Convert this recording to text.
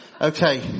Okay